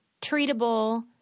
treatable